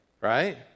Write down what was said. right